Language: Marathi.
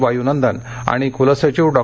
वायुनंदन आणि कुलसचिव डॉ